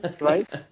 Right